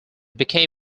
become